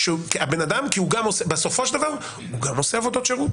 כי בסופו של דבר הוא גם עושה עבודות שירות